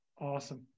Awesome